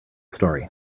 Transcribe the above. story